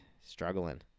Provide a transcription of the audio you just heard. struggling